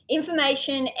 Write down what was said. information